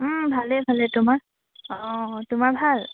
ভালেই ভালেই তোমাৰ অঁ তোমাৰ ভাল